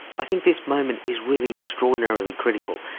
i think this moment is really extraordinarily critical.